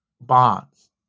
bonds